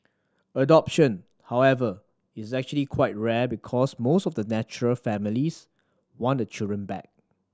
adoption however is actually quite rare because most of the natural families want the children back